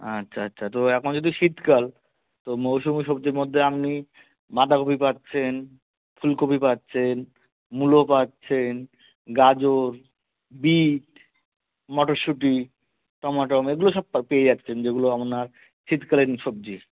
আচ্ছা আচ্ছা তো এখন যেহেতু শীতকাল তো মৌসুমি সবজির মধ্যে আপনি বাঁধাকপি পাচ্ছেন ফুলকপি পাচ্ছেন মূলো পাচ্ছেন গাজর বিট মটরশুঁটি টমাটম এগুলো সব পা পেয়ে যাচ্ছেন যেগুলো আপনার শীতকালীন সবজি